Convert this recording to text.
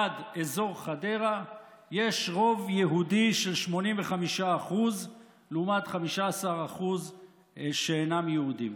ועד אזור חדרה יש רוב יהודי של 85% לעומת 15% שאינם יהודים